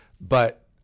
but-